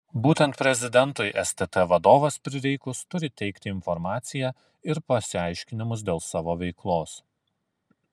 būtent prezidentui stt vadovas prireikus turi teikti informaciją ir pasiaiškinimus dėl savo veiklos